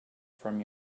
from